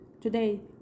Today